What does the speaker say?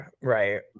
Right